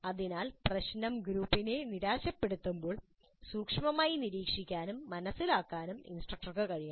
അതിനാൽ പ്രശ്നം ഗ്രൂപ്പിനെ നിരാശപ്പെടുത്തുമ്പോൾ സൂക്ഷ്മമായി നിരീക്ഷിക്കാനും മനസ്സിലാക്കാനും ഇൻസ്ട്രക്ടർക്ക് കഴിയണം